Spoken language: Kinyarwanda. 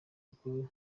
bukuru